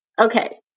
Okay